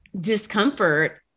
discomfort